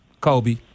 Kobe